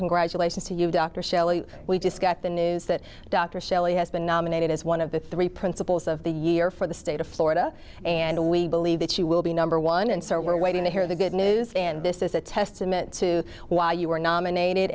succumb graduations to you dr shelley we just got the news that dr shelley has been nominated as one of the three principles of the year for the state of florida and we believe that she will be number one and so we're waiting to hear the good news and this is a testament to why you were nominated